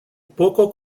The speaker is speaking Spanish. poco